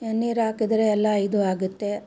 ನೀರು ಹಾಕಿದ್ರೆ ಎಲ್ಲ ಇದು ಆಗುತ್ತೆ